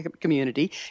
community